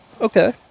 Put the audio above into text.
Okay